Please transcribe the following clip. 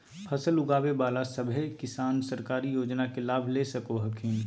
फसल उगाबे बला सभै किसान सरकारी योजना के लाभ ले सको हखिन